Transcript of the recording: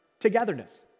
togetherness